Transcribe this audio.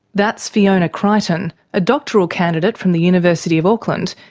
that's fiona crichton, a doctoral candidate from the university of auckland,